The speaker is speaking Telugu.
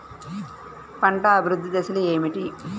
పంట అభివృద్ధి దశలు ఏమిటి?